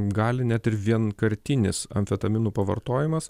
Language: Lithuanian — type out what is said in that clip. gali net ir vienkartinis amfetaminų pavartojimas